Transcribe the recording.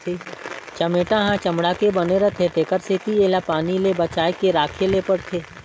चमेटा ह चमड़ा के बने रिथे तेखर सेती एला पानी ले बचाए के राखे ले परथे